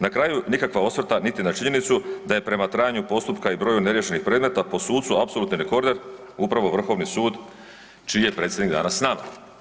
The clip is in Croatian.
Na kraju nikakva osvrta niti na činjenicu da je prema trajanju postupka i broju neriješenih predmeta po sucu apsolutni rekorde upravo Vrhovni sud čiji je predsjednik danas s nama.